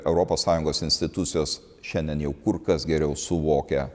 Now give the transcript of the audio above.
europos sąjungos institucijos šiandien jau kur kas geriau suvokia